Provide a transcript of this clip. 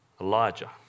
Elijah